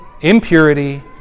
impurity